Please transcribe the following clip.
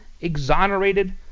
exonerated